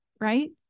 right